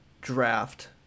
Draft